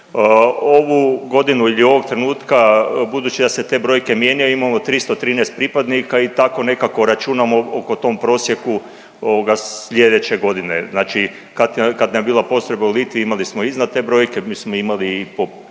Ovu godinu ili ovog trenutka budući da se te brojke mijenjaju imamo 313 pripadnika i tako nekako računamo oko tom prosjeku sljedeće godine, znači kad nam je bila postrojba u Litvi imali smo iznad te brojke, mi smo imali i po